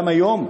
גם היום,